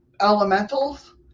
elementals